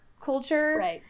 culture